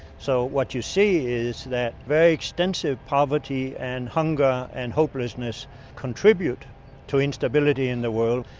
so what you see is that very extensive poverty and hunger and hopelessness contribute to instability in the world.